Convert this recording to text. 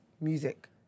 music